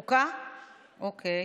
חוק ומשפט.